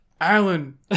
Alan